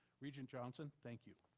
regent johnson, thank you.